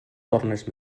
tornes